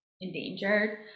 endangered